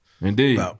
Indeed